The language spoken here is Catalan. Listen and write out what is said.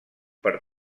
per